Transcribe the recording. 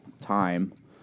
time